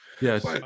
yes